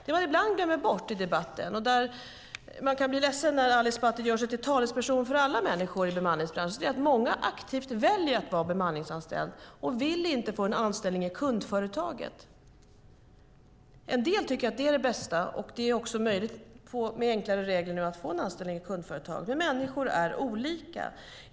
Det som ibland glöms bort i debatten - man kan bli ledsen när Ali Esbati gör sig till talesperson för alla människor i bemanningsbranschen - är att många aktivt väljer att vara bemanningsanställda och inte vill få en anställning i kundföretaget. En del tycker att det bästa är att få anställning i kundföretaget, och det är nu också enklare att få det. Men människor är olika.